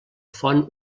font